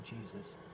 Jesus